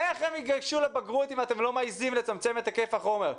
איך הם ייגשו לבגרות אם אתם לא מעזים לצמצם את היקף החומר?